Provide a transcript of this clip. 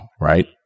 right